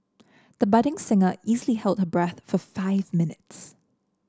the budding singer easily hold her breath for five minutes